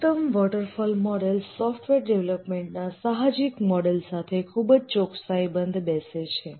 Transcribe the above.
ઉત્તમ waterfall model software ડેવલપમેન્ટના સાહજિક મોડલ સાથે ખૂબ જ ચોકસાઇથી બંધ બેસે છે